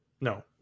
No